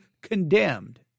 condemned